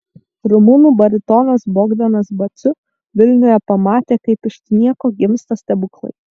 rumunų baritonas bogdanas baciu vilniuje pamatė kaip iš nieko gimsta stebuklai